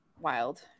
Wild